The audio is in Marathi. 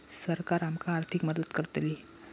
सरकार आमका आर्थिक मदत करतली?